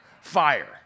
Fire